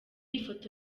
ifoto